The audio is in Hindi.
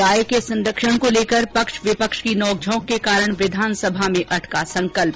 गाय के संरक्षण को लेकर पक्ष विपक्ष की नोकझोंक के कारण विधानसभा में अटका संकल्प